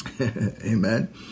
Amen